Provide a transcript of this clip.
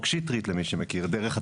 יש